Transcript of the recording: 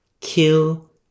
kill